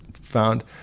found